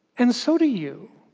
and so do you.